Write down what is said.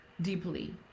deeply